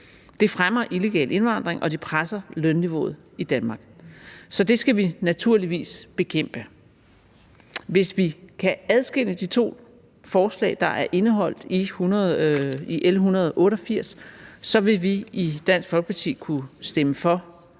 Det fremmer illegal indvandring, og det presser lønniveauet i Danmark. Så det skal vi naturligvis bekæmpe. Hvis vi kan adskille de to forslag, der er indeholdt i L 188, så vil vi i Dansk Folkeparti kunne stemme for